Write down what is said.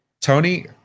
Tony